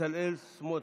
בצלאל סמוטריץ'.